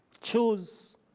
choose